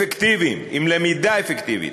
אפקטיביים, עם למידה אפקטיבית,